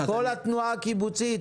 כל התנועה הקיבוצית.